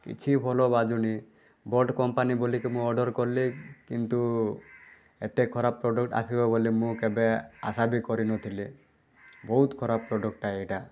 କିଛି ଭଲ ବାଜୁନି ବୋଟ୍ କମ୍ପାନୀ ବୋଲିକି ମୁଁ ଅର୍ଡ଼ର୍ କଲି କିନ୍ତୁ ଏତେ ଖରାପ ପ୍ରଡ଼କ୍ଟ ଆସିବ ବୋଲି ମୁଁ କେବେ ଆଶା ବି କରିନଥିଲି ବହୁତ ଖରାପ ପ୍ରଡ଼କ୍ଟଟା ଏଇଟା